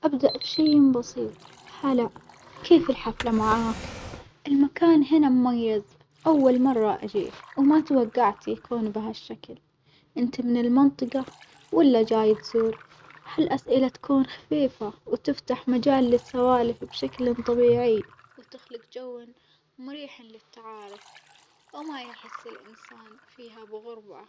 أبدأ بشي بسيط هلا، كيف الحفلة معاك؟ المكان هنا مميز أول مرة أجيه وما توجعت يكون بهالشكل، إنت من المنطجة ولا جاي تزور؟ هالأسئلة تكون خفيفة وتفتح مجال للسوالف بشكل طبيعي وتخلج جو مريح للتعارف، وما يحس الإنسان فيها بغربة.